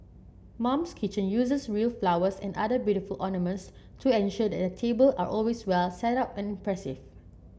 mum's Kitchen uses real flowers and other beautiful ornaments to ensure that their table are always well setup and impressive